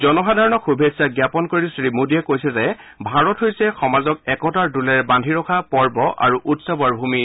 জনসাধাৰণক শুভেচ্ছা জ্ঞাপন কৰি শ্ৰীমোদীয়ে কৈছে যে ভাৰত হৈছে সমাজক একতাৰ দোলেৰে বান্ধি ৰখা পৰ্ব আৰু উৎসৱৰ ভূমি